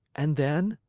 and then?